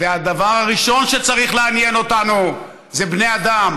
והדבר הראשון שצריך לעניין אותנו זה בני אדם,